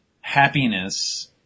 happiness